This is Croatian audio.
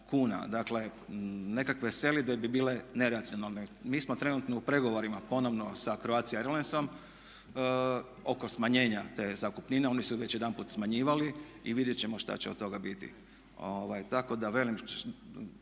Dakle nekakve selidbe bi bile neracionalne. Mi smo trenutno u pregovorima ponovno sa Croatia Airlinesom oko smanjenja te zakupnine, oni su već jedanput smanjivali i vidjeti ćemo šta će od toga biti.